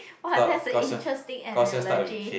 !wah! that's a interesting analogy